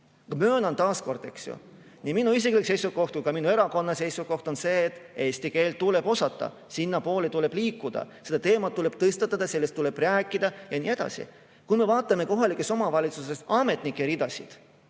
Möönan taas, et nii minu isiklik seisukoht kui ka minu erakonna seisukoht on see, et eesti keelt tuleb osata, sinnapoole tuleb liikuda, seda teemat tuleb tõstatada, sellest tuleb rääkida ja nii edasi. Kui me vaatame kohalikes omavalitsustes ametnike ridasid